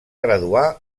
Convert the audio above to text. graduar